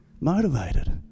motivated